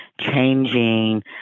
changing